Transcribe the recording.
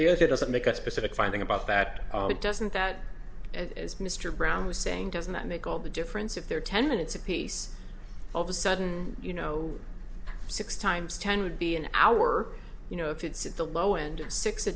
but if it doesn't make a specific finding about that it doesn't that as mr brown was saying doesn't that make all the difference if there are ten minutes a piece of a sudden you know six times ten would be an hour you know if it's at the low end